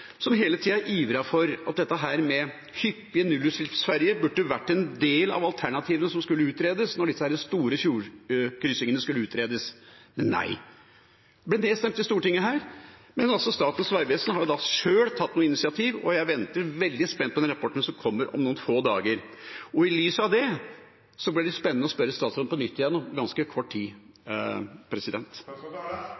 som hele tida har ivret for at hyppige nullutslippsferger burde vært blant alternativene som skulle utredes da disse store fjordkryssingene skulle utredes. Men nei, det ble nedstemt her i Stortinget. Statens vegvesen har da sjøl tatt noen initiativ, og jeg venter veldig spent på rapporten som kommer om få dager. I lys av det blir det spennende å spørre statsråden på nytt om ganske kort tid.